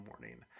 morning